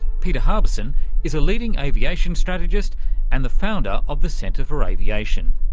peter harbison is a leading aviation strategist and the founder of the centre for aviation.